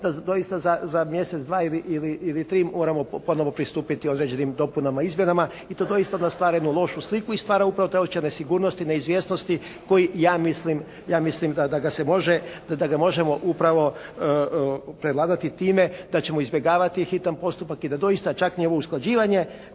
da doista za mjesec, dva ili tri moramo ponovno pristupiti određenim dopunama i izmjenama. I to doista onda stvara jednu lošu sliku i stvara upravo taj osjećaj nesigurnosti, neizvjesnosti koji ja mislim da ga se može, da ga možemo upravo prevladati time da ćemo izbjegavati hitan postupak i da doista čak i njegovo usklađivanje